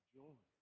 joy